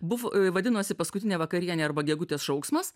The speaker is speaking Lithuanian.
buv vadinosi paskutinė vakarienė arba gegutės šauksmas